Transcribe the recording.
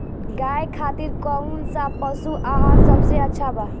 गाय खातिर कउन सा पशु आहार सबसे अच्छा बा?